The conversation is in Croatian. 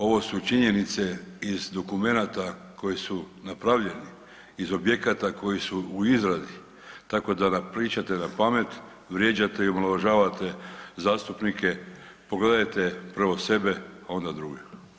Ovo su činjenice iz dokumenata koji su napravljeni, iz objekata koji su u izradi, tako da nam pričate napamet, vrijeđate i omalovažavate zastupnike, pogledajte prvo sebe, pa onda druge.